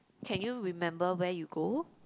can you remember where you go